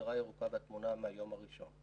שהמשטרה הירוקה בתמונה מהיום הראשון,